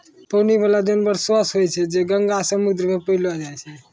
पानी बाला जानवर सोस होय छै जे गंगा, समुन्द्र मे पैलो जाय छै